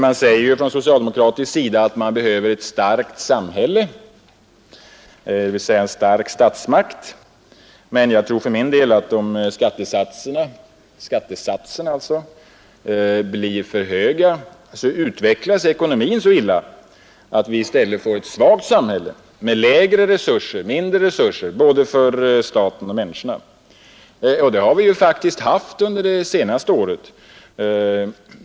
Man säger från socialdemokratiskt håll att man behöver ett starkt samhälle, dvs. en stark statsmakt. Jag tror för min del att om skattesatserna blir för höga, så utvecklas ekonomin så illa, att vi i stället får ett svagt samhälle med mindre resurser för både staten och människorna. Det har vi ju faktiskt haft under det senaste året.